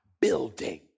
building